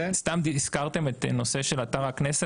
הזכרתם את הנושא של אתר הכנסת,